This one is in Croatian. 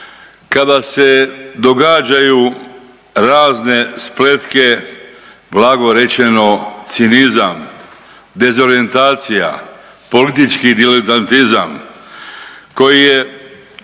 kada se događaju razne spletke, blago rečeno, cinizam, dezorijentacija, politički diletantizam, koji je